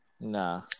Nah